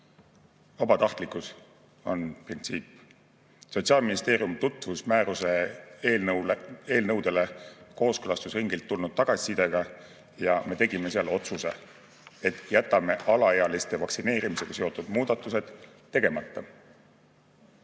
Vabatahtlikkus on printsiip. Sotsiaalministeerium tutvus määruse eelnõude kohta kooskõlastusringilt tulnud tagasisidega ja me tegime selle otsuse, et jätame alaealiste vaktsineerimisega seotud muudatused tegemata.